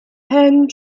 hand